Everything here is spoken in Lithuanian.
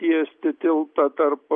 tiesti tiltą tarp